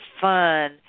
fun